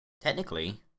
technically